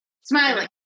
Smiling